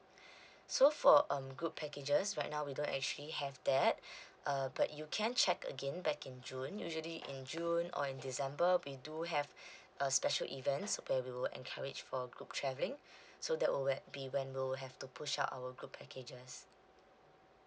so for um group packages right now we don't actually have that uh but you can check again back in june usually in june or in december we do have a special events where we will encourage for group travelling so that will whe~ be when we'll have to push out our group packages